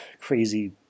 crazy